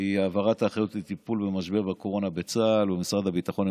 היא העברת האחריות לטיפול במשבר הקורונה לצה"ל ומשרד הביטחון.